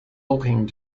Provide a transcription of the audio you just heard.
looking